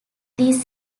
these